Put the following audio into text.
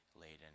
laden